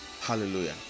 Hallelujah